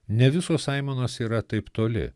ne visos aimanos yra taip toli